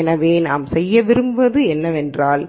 எனவே நாம் செய்ய விரும்புவது என்னவென்றால்